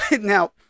now